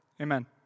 Amen